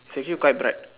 she said quite bright